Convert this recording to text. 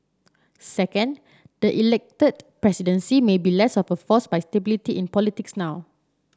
second the elected presidency may be less of a force for stability in politics now